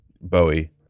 Bowie